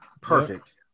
Perfect